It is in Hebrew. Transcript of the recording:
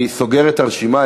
אני סוגר את הרשימה.